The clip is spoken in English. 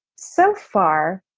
so far,